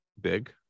big